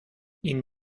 ihnen